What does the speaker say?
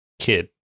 kid